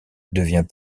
devient